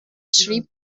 schrieb